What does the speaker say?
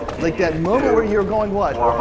like that moment where you're going what?